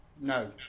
No